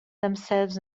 themselves